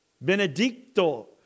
benedicto